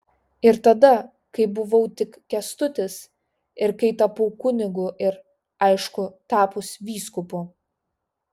ir tada kai buvau tik kęstutis ir kai tapau kunigu ir aišku tapus vyskupu